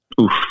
Oof